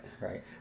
Right